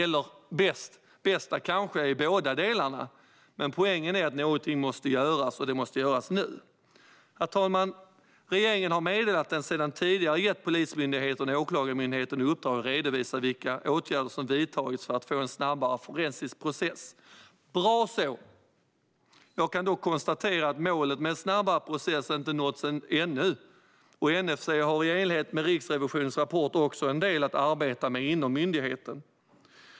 Det bästa kanske är båda delarna, men poängen är att något måste göras och att det måste göras nu. Herr talman! Regeringen har meddelat att den sedan tidigare gett Polismyndigheten och Åklagarmyndigheten i uppdrag att redovisa vilka åtgärder som vidtagits för att få en snabbare forensisk process. Bra så! Jag kan dock konstatera att målet med en snabbare process inte nåtts ännu, och NFC har i enlighet med Riksrevisionens rapport också en del att arbeta med inom myndigheten.